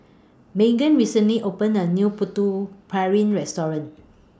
Meaghan recently opened A New Putu Piring Restaurant